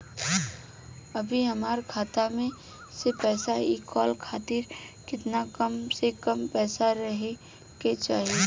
अभीहमरा खाता मे से पैसा इ कॉल खातिर केतना कम से कम पैसा रहे के चाही?